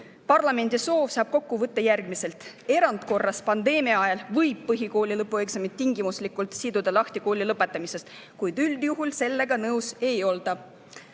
Parlamendi soovi saab kokku võtta järgmiselt: erandkorras pandeemia ajal võib põhikooli lõpueksamid tingimuslikult siduda lahti kooli lõpetamisest, kuid üldjuhul sellega nõus ei olda.